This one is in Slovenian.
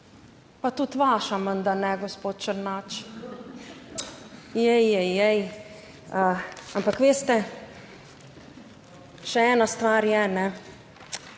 Pa tudi vaša menda ne, gospod Černač? Jej, jej, jej, ampak veste, še ena stvar je,